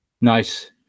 Nice